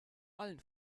allen